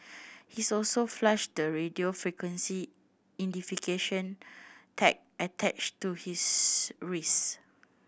he's also flushed the radio frequency identification tag attached to his wrist